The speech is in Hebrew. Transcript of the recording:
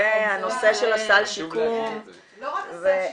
זה הנושא של הסל שיקום ו- - לא רק סל שיקום,